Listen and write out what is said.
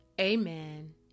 amen